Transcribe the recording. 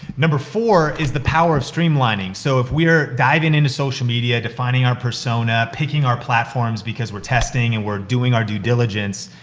number four is the power of streamlining. so, if we're diving into social media, defining our persona, picking our platforms because we're testing, and we're doing our due diligence,